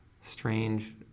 strange